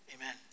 Amen